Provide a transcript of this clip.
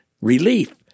relief